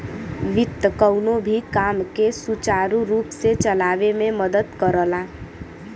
वित्त कउनो भी काम के सुचारू रूप से चलावे में मदद करला